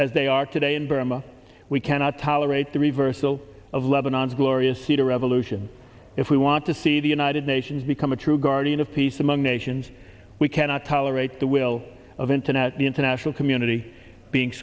as they are today in burma we cannot tolerate the reversal of lebanon's glorious cedar revolution if we want to see the united nations become a true guardian of peace among nations we cannot tolerate the will of internet the international community being